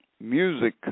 music